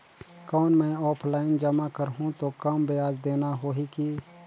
कौन मैं ऑफलाइन जमा करहूं तो कम ब्याज देना होही की?